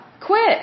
Quit